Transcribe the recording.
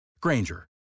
Granger